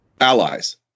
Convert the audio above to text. allies